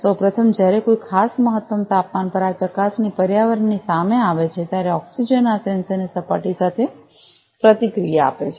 સૌ પ્રથમ જ્યારે કોઈ ખાસ મહત્તમ તાપમાન પર આ ચકાસણી પર્યાવરણની સામે આવે છે ત્યારે ઓક્સિજનઆ સેન્સરની સપાટી સાથે પ્રતિક્રિયા આપે છે